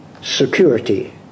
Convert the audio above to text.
security